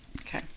okay